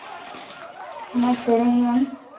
ᱚᱱᱟ ᱥᱮᱨᱮᱧᱮᱢ